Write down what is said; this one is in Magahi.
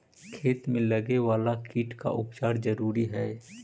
खेत में लगे वाला कीट का उपचार जरूरी हई